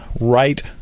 Right